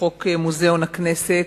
חוק מוזיאון הכנסת.